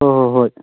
ꯍꯣꯏ ꯍꯣꯏ ꯍꯣꯏ